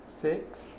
Six